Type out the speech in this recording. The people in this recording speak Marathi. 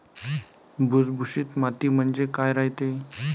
भुसभुशीत माती म्हणजे काय रायते?